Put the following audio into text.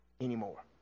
anymore